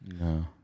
No